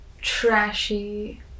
trashy